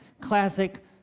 classic